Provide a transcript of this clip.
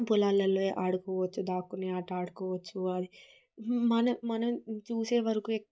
పొలాలలో ఆడుకోవచ్చు దాక్కుని ఆట ఆడుకోవచ్చు అది మన మన చూసేవరకు